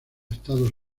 estados